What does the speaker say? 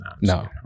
No